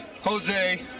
Jose